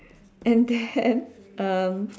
and then um